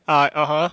ah (uh huh)